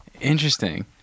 Interesting